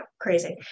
crazy